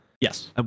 Yes